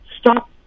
Stop